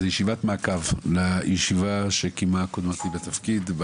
זו ישיבת מעקב לישיבה שקיימה קודמתי בתפקיד,